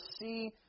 see